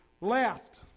left